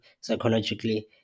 psychologically